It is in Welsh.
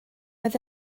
oedd